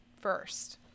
first